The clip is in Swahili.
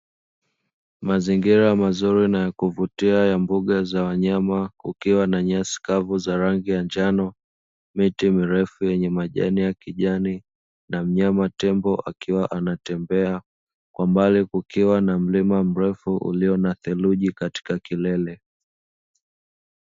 Mazingira mazuri na ya kuvutia ya mbuga za wanyama, kukiwa na nyasi kavu za rangi ya njano, miti mirefu yenye majani ya kijani na mnyama tembo akiwa anatembea. Kwa mbali kukiwa na mlima mrefu ulio na theluji katika kilele.